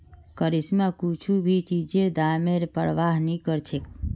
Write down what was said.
करिश्मा कुछू भी चीजेर दामेर प्रवाह नी करछेक